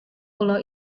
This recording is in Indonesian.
pulau